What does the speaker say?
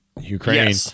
Ukraine